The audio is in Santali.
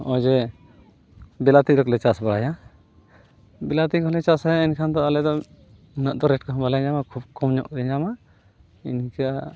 ᱦᱚᱜᱼᱚᱸᱭ ᱡᱮ ᱵᱤᱞᱟᱛᱤᱠᱚ ᱞᱮ ᱪᱟᱥ ᱵᱟᱲᱟᱭᱟ ᱵᱤᱞᱟᱛᱤ ᱠᱚᱦᱚᱸ ᱞᱮ ᱪᱟᱥᱟ ᱮᱱᱠᱷᱟᱱ ᱫᱚ ᱟᱞᱮᱫᱚ ᱩᱱᱟᱹᱜ ᱫᱚ ᱨᱮᱴᱠᱚ ᱦᱚᱸ ᱵᱟᱞᱮ ᱧᱟᱢᱟ ᱠᱷᱩᱵ ᱠᱚᱢᱧᱚᱜᱞᱮ ᱧᱟᱢᱟ ᱤᱱᱠᱟᱹ